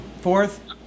fourth